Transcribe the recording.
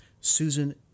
Susan